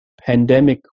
pandemic